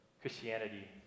Christianity